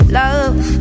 love